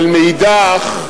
אבל מאידך,